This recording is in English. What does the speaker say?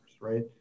right